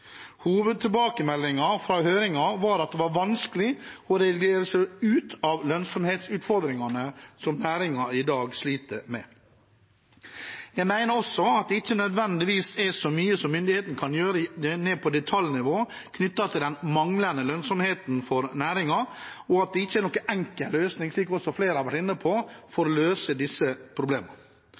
fra høringen var at det er vanskelig å regulere seg ut av lønnsomhetsutfordringene som næringen i dag sliter med. Jeg mener også at det ikke nødvendigvis er så mye myndighetene kan gjøre på detaljnivå knyttet til den manglende lønnsomheten for næringen, og at det, slik også flere har vært inne på, ikke er noen enkel løsning på disse problemene. På denne bakgrunnen mener jeg at det viktigste nå er å